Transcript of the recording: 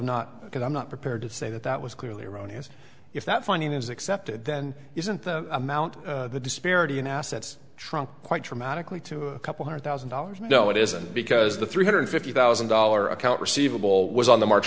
good i'm not prepared to say that that was clearly erroneous if that funding is accepted then isn't the amount the disparity in assets trump quite dramatically to a couple hundred thousand dollars no it isn't because the three hundred fifty thousand dollar account receivable was on the march